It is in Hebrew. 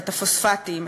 את הפוספטים,